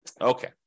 okay